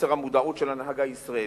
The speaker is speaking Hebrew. חוסר המודעות של הנהג הישראלי,